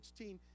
16